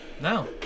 No